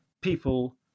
people